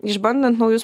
išbandant naujus